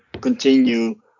continue